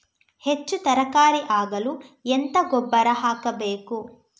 ಹೆಚ್ಚು ತರಕಾರಿ ಆಗಲು ಎಂತ ಗೊಬ್ಬರ ಹಾಕಬೇಕು?